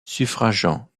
suffragant